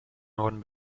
norden